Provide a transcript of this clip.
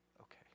Okay